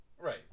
Right